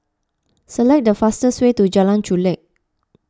select the fastest way to Jalan Chulek